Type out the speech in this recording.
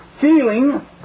Feeling